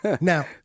now